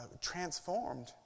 transformed